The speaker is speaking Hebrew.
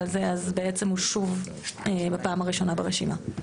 זה אז בעצם הוא שוב בפעם הראשונה ברשימה.